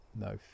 no